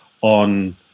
on